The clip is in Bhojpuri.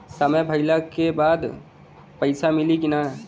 समय भइला के बाद पैसा मिली कि ना?